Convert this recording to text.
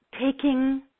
taking